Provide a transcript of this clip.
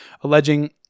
alleging